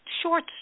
short